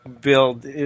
build